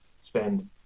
spend